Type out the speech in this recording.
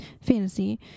fantasy